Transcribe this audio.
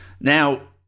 Now